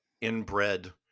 inbred